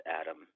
Adam